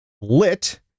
lit